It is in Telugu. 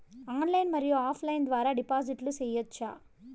ఆన్లైన్ మరియు ఆఫ్ లైను ద్వారా డిపాజిట్లు సేయొచ్చా?